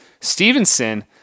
Stevenson